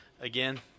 again